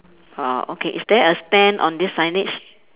uh okay is there a stand on this signage